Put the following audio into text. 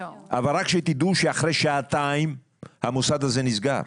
רק שתדעו שאחרי שעתיים המוסד הזה נסגר.